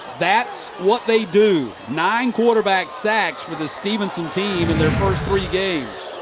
that's what they do. nine quarterback sacks for this stephenson team in their first three games.